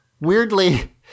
weirdly